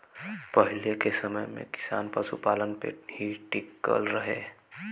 पहिले के समय में किसान पशुपालन पे ही टिकल रहे